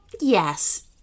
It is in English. yes